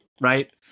right